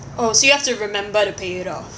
oh so you have to remember to pay it off